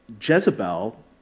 Jezebel